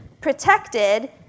protected